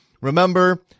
Remember